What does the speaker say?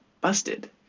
busted